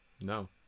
No